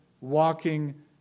walking